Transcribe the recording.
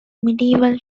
medieval